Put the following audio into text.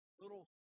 little